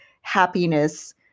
happiness